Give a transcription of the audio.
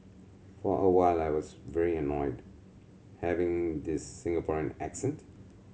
for a while I was very annoyed having this Singaporean accent